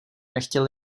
nechtěl